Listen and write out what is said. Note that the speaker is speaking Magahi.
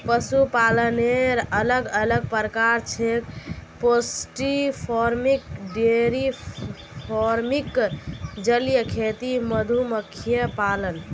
पशुपालनेर अलग अलग प्रकार छेक पोल्ट्री फार्मिंग, डेयरी फार्मिंग, जलीय खेती, मधुमक्खी पालन